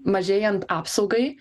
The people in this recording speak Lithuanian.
mažėjant apsaugai